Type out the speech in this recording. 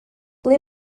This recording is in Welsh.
ble